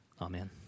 Amen